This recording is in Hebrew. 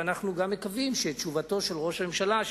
ואנחנו גם מקווים שאת תשובתו של ראש הממשלה,